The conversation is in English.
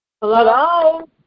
hello